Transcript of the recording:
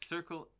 Circle